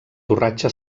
torratxa